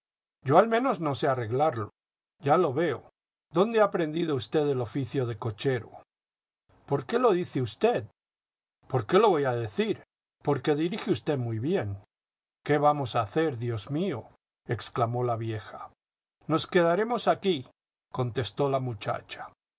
yo al menos no sé arreglarlo ya lo veo dónde ha aprendido usted el oficio de cochero por qué lo dice usted jpor qué lo voy a decir porque dirige usted muy bien qué vamos a hacer dios míol exclamó la vieja nos quedaremos aquí contestó la muchacha